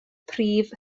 prif